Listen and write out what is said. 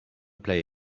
play